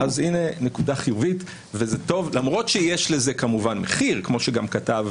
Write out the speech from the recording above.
הנה נקודה חיובית וזה טוב למרות שיש לזה כמובן מחיר כמו שגם כתב